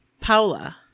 Paula